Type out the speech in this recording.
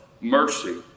mercy